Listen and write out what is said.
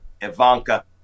Ivanka